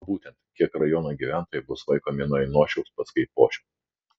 o būtent kiek rajono gyventojai bus vaikomi nuo ainošiaus pas kaipošių